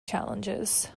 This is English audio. challenges